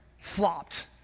flopped